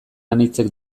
anitzek